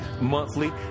monthly